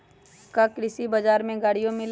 का कृषि बजार में गड़ियो मिलेला?